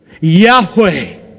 Yahweh